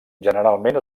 generalment